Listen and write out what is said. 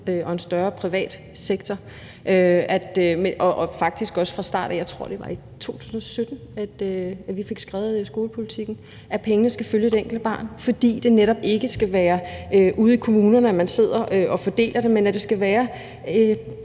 og en større privat sektor, og det var faktisk også fra start af – jeg tror, det var i 2017 – at vi fik skrevet skolepolitikken om, at pengene skal følge det enkelte barn, fordi det netop ikke skal være ude i kommunerne, man sidder og fordeler det. Men det skal være